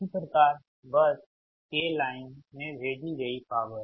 इसी प्रकार bus k से लाइन में भेजी गई पॉवर